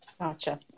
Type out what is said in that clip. Gotcha